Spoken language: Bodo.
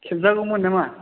खेबजागौमोन नामा